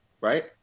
Right